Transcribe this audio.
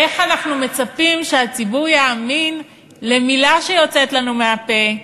איך אנחנו מצפים שהציבור יאמין למילה שיוצאת לנו מהפה,